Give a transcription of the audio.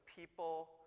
people